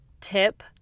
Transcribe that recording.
tip